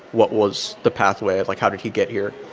what was the pathway, like, how did he get here.